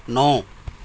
ਨੌ